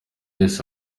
wese